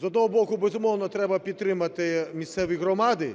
З одного боку, безумовно, треба підтримати місцеві громади.